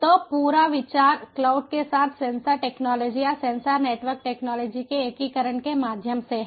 तो पूरा विचार क्लाउड के साथ सेंसर टेक्नालजी या सेंसर नेटवर्क टेक्नालजी के एकीकरण के माध्यम से है